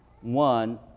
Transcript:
One